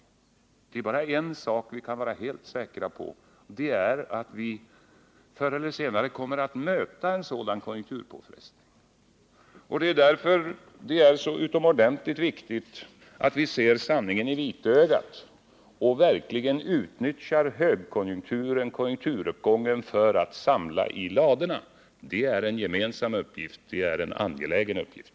Det är bara en sak vi kan vara helt säkra på, och det är att vi förr eller senare kommer att möta en sådan konjunkturpåfrestning. Det är därför det är så utomordentligt viktigt att viser sanningen i vitögat och verkligen utnyttjar konjunkturuppgången för att samla i ladorna. Det är en gemensam uppgift. Det är en angelägen uppgift.